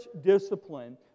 discipline